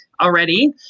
already